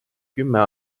kümme